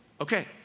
Okay